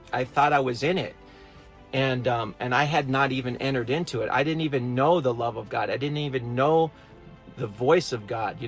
i thought i was in it and and i had not even entered into it. i didn't even know the love of god. i didn't even know the voice of god. yeah